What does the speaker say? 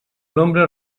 nombre